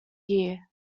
year